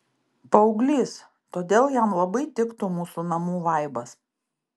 paauglys todėl jam labai tiktų mūsų namų vaibas